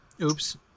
Oops